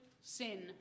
sin